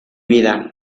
vida